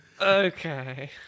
Okay